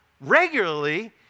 Regularly